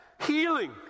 Healing